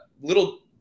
little